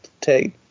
take